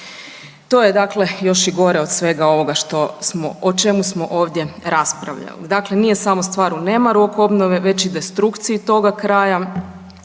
dakle još i gore od svega ovoga što smo, o čemu smo ovdje raspravljali. Dakle, nije samo stvar o nemaru oko obnove već i destrukciji toga kraja.